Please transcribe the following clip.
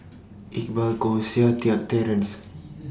Iqbal Koh Seng Kiat Terence